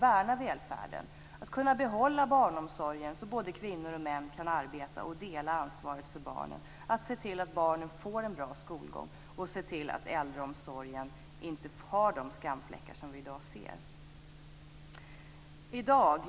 värna välfärden och kunna behålla barnomsorgen så att både kvinnor och män kan arbeta och dela ansvaret för barnen. Vi måste se till att barnen får en bra skolgång och att äldreomsorgen inte har de skamfläckar som vi ser i dag.